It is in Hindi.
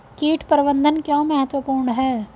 कीट प्रबंधन क्यों महत्वपूर्ण है?